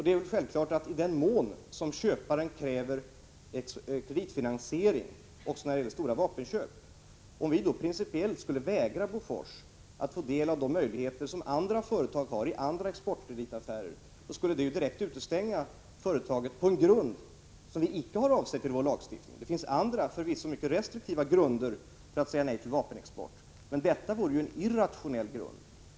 Det är självklart också när det gäller stora vapenköp att vi i den mån köparen kräver kreditfinansiering inte kan principiellt vägra att låta företaget, i det här fallet Bofors, få del av de möjligheter som andra företag har i andra exportkreditaffärer. Vi skulle i så fall direkt utestänga företaget på en grund som vi icke har avsett med vår lagstiftning. Det finns andra, förvisso mycket restriktiva grunder för att säga nej till vapenexport, men detta vore en irrationell grund.